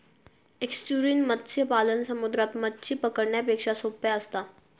estuarine मत्स्य पालन समुद्रात मच्छी पकडण्यापेक्षा सोप्पा असता